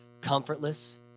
comfortless